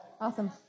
Awesome